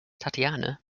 tatiana